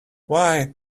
why